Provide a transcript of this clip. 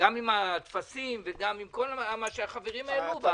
גם עם הטפסים וגם עם כל מה שהחברים העלו,